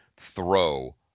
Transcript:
throw